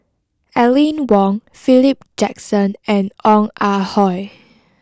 Aline Wong Philip Jackson and Ong Ah Hoi